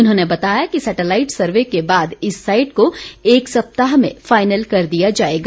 उन्होंने बताया कि सैटेलाइट सर्वे के बाद इस साईट को एक सप्ताह में फाइनल कर दिया जाएगा